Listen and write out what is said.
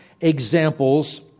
examples